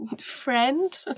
friend